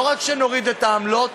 לא רק הורדה של העמלות,